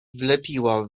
wlepiła